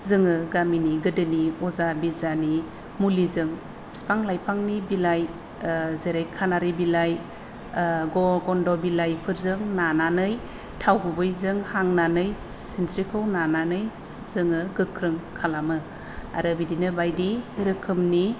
जोङो गामिनि गोदोनि अजा बेजानि मुलिजों बिफां लाइफांनि बिलाइ जेरै खानारि बिलाइ ग गन्द' बिलाइफोरजों नानानै थाव गुबैजों हांनानै सिनस्रिखौ नानानै जोङो गोख्रों खालामो आरो बिदिनो बायदि रोखोमनि